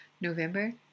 November